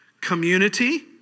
community